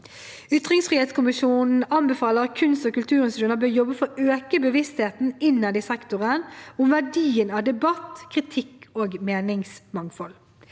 Ytringsfrihetskommisjonen anbefaler at kunst- og kulturinstitusjonene bør jobbe for å øke bevisstheten innad i sektoren om verdien av debatt, kritikk og meningsmangfold.